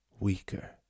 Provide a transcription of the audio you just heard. weaker